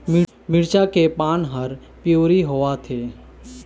मिरचा के पान हर पिवरी होवथे?